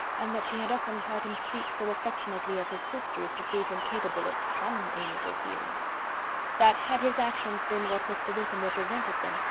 and that she had often heard him speak so affectionately of his sister as to prove him capable of some amiable feeling that had his actions been what mr. wickham represented them,